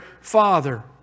father